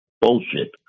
bullshit